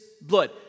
blood